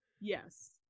Yes